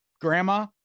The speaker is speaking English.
grandma